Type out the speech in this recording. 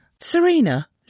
Serena